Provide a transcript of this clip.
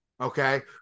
okay